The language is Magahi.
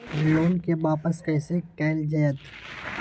लोन के वापस कैसे कैल जतय?